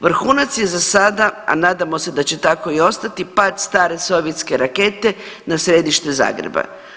Vrhunac je za sada, a nadamo se da će tako i ostati pad stare sovjetske rakete na središte Zagreba.